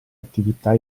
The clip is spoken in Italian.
attività